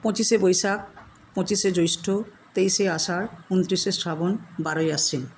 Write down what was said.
পঁচিশে বৈশাখ পঁচিশে জ্যৈষ্ঠ তেইশে আষাঢ় ঊনতিরিশে শ্রাবণ বারোই আশ্বিন